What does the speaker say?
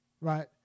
right